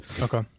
Okay